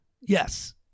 yes